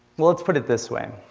let's put it this way.